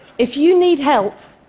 if you need help,